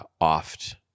oft